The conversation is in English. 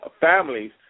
families